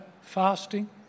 fasting